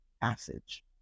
passage